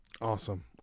Awesome